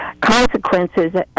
consequences